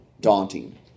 daunting